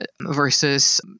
versus